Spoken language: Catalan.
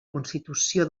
constitució